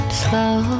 slow